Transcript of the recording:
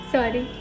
Sorry